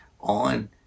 on